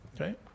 okay